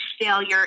failure